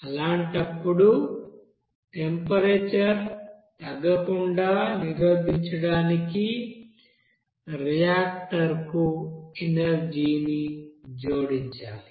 అలాంటప్పుడు టెంపరేచర్ తగ్గకుండా నిరోధించడానికి రియాక్టర్కు ఎనర్జీ ని జోడించాలి